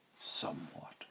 Somewhat